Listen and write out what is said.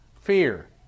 Fear